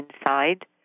inside